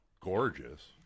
gorgeous